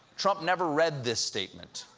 trump never read this statement.